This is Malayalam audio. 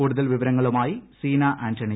കൂടുതൽ വിവരങ്ങളുമായി സീനാ ആന്റണി